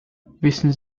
wissen